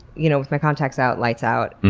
you know with my contacts out, lights out,